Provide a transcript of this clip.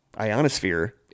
ionosphere